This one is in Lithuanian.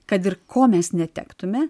kad ir ko mes netektumėme